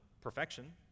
perfection